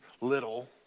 little